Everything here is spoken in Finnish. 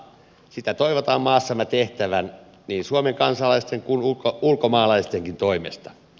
sitä toivotaan maassamme tehtävän niin suomen kansalaisten kuin ulkomaalaistenkin toimesta